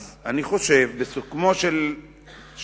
אז אני חושב, בסיכומה של נקודה,